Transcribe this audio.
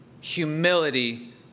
humility